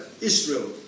Israel